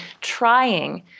trying